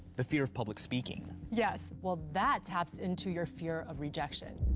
the fear of public speaking. yes. well, that taps into your fear of rejection,